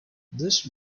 this